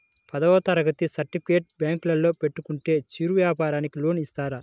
పదవ తరగతి సర్టిఫికేట్ బ్యాంకులో పెట్టుకుంటే చిరు వ్యాపారంకి లోన్ ఇస్తారా?